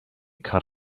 cut